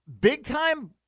Big-time